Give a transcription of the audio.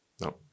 No